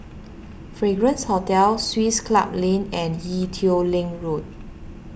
Fragrance Hotel Swiss Club Lane and Ee Teow Leng Road